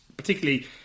particularly